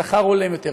שכר הולם יותר,